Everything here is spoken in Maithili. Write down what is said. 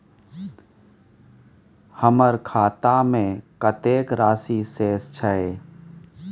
हमर खाता में कतेक राशि शेस छै?